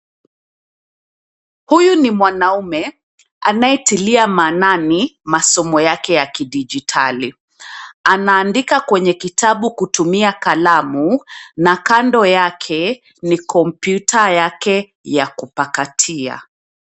Huyu ni mwanaume anayetilia maanani masomo yake ya kidigitali, anaandika kwenye kitabu kutumia kalamu na kando yake ni kompyuta yake ya kupakatia.